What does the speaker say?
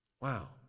Wow